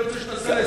אני רוצה שתעשה,